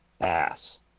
ass